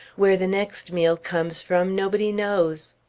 where the next meal comes from, nobody knows.